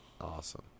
Awesome